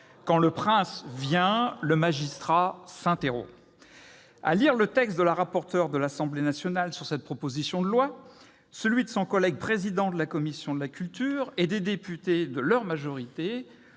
quand le Prince vient, le magistrat s'interrompt. À lire le texte de la rapporteur de l'Assemblée nationale sur cette proposition de loi, celui de son collègue président de la commission de la culture et des députés de leur majorité,